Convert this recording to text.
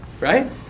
Right